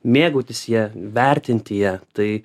mėgautis ja vertinti ją tai